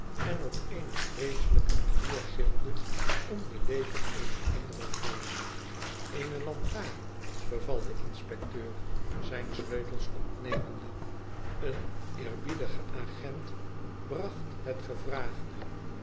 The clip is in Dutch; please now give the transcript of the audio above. en op eene vreeselijke manier gilde om de lever eener andere vrouw ene lantaren beval de inspecteur zijn sleutels opnemende een eerbiedige agent bracht het gevraagde